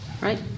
right